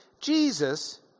Jesus